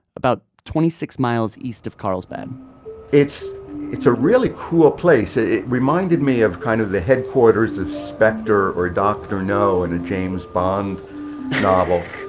about twenty six miles east of carlsbad it's it's a really cool place. it reminded me of kind of the headquarters of spectre or dr. no in the james bond novel,